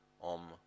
OM